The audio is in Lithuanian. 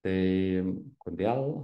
tai kodėl